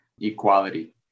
equality